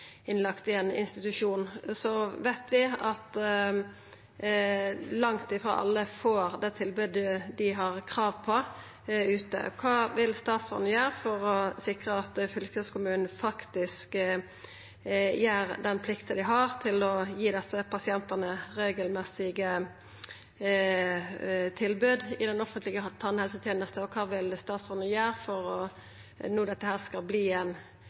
innlagt i ein institusjon. Vi veit at langt frå alle får det tilbodet dei har krav på. Kva vil statsråden gjera for å sikra at fylkeskommunen faktisk gjer den plikta dei har til å gi desse pasientane regelmessig tilbod i den offentlege tannhelsetenesta? Kva vil statsråden gjera for at dette no skal verta ein